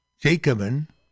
Jacobin